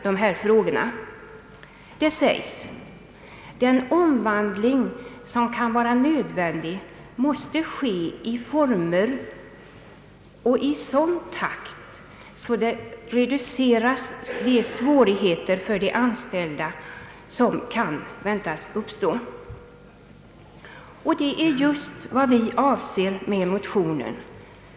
Det sägs där: »Den omvandling som kan vara nödvändig måste dock ske i former och i en takt som reducerar svårigheterna för de anställda och begränsar kapitalförstöring.» Det är just vad vi avser med motionerna.